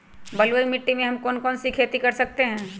बलुई मिट्टी में हम कौन कौन सी खेती कर सकते हैँ?